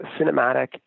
cinematic